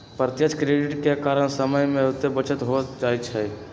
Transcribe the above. प्रत्यक्ष क्रेडिट के कारण समय के बहुते बचत हो जाइ छइ